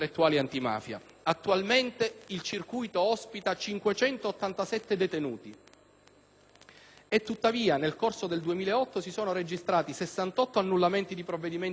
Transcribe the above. attualmente il circuito ospita un totale di 587 detenuti. E tuttavia, nel corso del 2008, si sono registrati 68 annullamenti di provvedimenti ministeriali